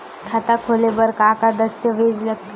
खाता खोले बर का का दस्तावेज लगथे?